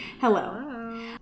Hello